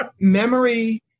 memory